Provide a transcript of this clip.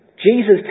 Jesus